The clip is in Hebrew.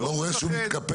אתה לא רואה שהוא מתקפל.